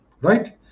right